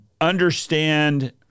understand